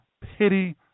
pity